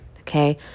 okay